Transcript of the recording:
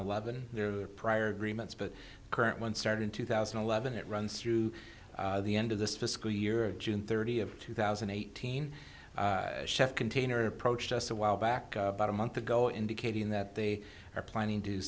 eleven there prior agreements but current one started in two thousand and eleven it runs through the end of this fiscal year june thirtieth two thousand and eighteen chef container approached us a while back about a month ago indicating that they are planning to